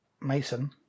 Mason